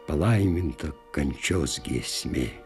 palaiminta kančios giesmė